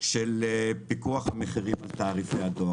של פיקוח מחירים על תהליכי הדואר.